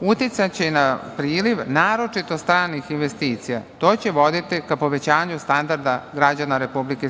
uticaće i na priliv naročito stranih investicija. To će voditi ka povećanju standarda građana Republike